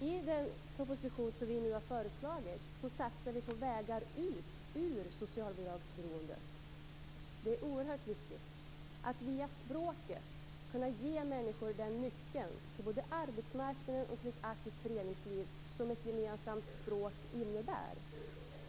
I den proposition som vi nu lägger fram vill vi satsa på vägar ut ur socialbidragsberoendet. Det är oerhört viktigt att via språket kunna ge människor den nyckeln till arbetsmarknaden och till ett aktivt föreningsliv som ett gemensamt språk innebär.